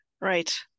right